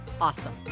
awesome